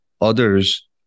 others